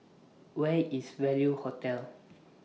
Where IS Value Hotel